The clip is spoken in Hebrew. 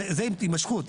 זה הימשכות.